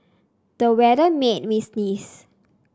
the weather made me sneeze